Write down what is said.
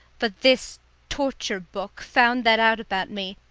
but this torture book found that out about me,